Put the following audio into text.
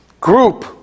group